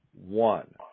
one